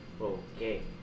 Okay